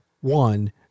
one